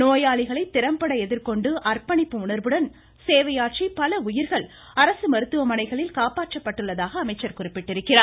நோயாளிகளை திறம்பட எதிர்கொண்டு அர்ப்பணிப்பு உணர்வுடன் சேவையாற்றி உயிர்கள் அரசு மருத்துவமனைகளில் காப்பாற்றப்பட்டுள்ளதாக அமைச்சர் பல குறிப்பிட்டுள்ளார்